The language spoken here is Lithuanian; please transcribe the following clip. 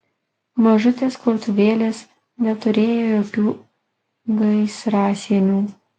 mažutės krautuvėlės neturėjo jokių gaisrasienių